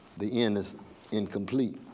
the end is incomplete.